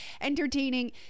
entertaining